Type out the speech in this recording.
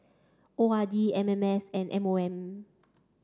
O R D M M S and M O M